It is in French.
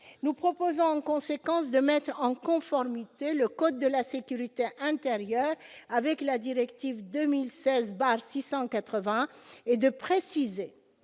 Nous proposons en conséquence de mettre en conformité le code de la sécurité intérieure avec la directive 2016/680 et de préciser